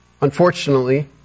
Unfortunately